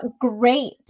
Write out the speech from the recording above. great